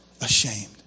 Ashamed